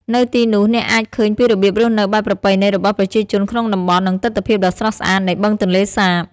នៅទីនោះ អ្នកអាចឃើញពីរបៀបរស់នៅបែបប្រពៃណីរបស់ប្រជាជនក្នុងតំបន់ និងទិដ្ឋភាពដ៏ស្រស់ស្អាតនៃបឹងទន្លេសាប។